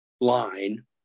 line